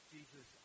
Jesus